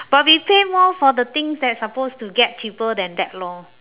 but we pay more for the things that supposed to get cheaper than that lor